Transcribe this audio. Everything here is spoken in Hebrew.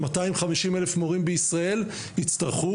250 אלף מורים בישראל יצטרכו,